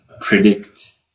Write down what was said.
predict